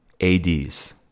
ADs